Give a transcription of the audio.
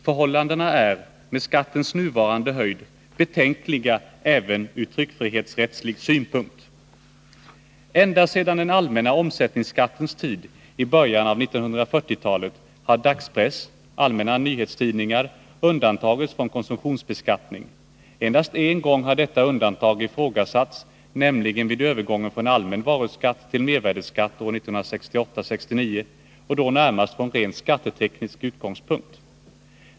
Förhållandena är, med skattens nuvarande höjd, betänkliga även ur tryckfrihetsrättslig synpunkt. Ända sedan den allmänna omsättningsskattens tid i början av 1940-talet har dagspress — allmänna nyhetstidningar — undantagits från konsumtionsbeskattning. Endast en gång har detta undantag ifrågasatts, nämligen vid övergången från allmän varuskatt till mervärdeskatt 1968/69, och då närmast från rent skatteteknisk utgångspunkt.